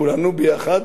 כולנו יחד.